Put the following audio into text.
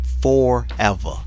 forever